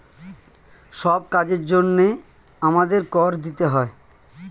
সব কাজের জন্যে আমাদের কর দিতে হয়